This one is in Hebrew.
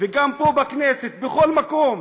וגם פה בכנסת, בכל מקום,